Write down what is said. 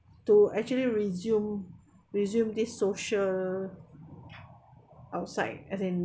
to actually resume resume this social outside as in